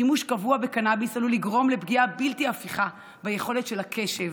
שימוש קבוע בקנביס עלול לגרום לפגיעה בלתי הפיכה ביכולת של הקשב,